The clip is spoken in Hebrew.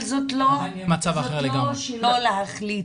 אבל זה לא שלו להחליט.